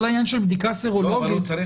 כל העניין של בדיקה סרולוגית --- לא אבל הוא צריך